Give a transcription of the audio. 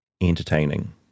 Entertaining